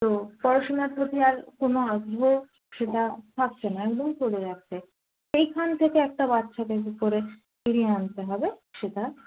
তো পড়াশোনার প্রতি আর কোনো আগ্রহ সেটা থাকছে না একদম চলে যাচ্ছে সেইখান থেকে একটা বাচ্ছাকে করে ফিরিয়ে আনতে হবে সেটা